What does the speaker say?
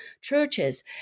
churches